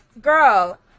girl